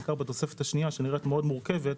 בעיקר בתוספת השנייה שנראית מאוד מורכבת,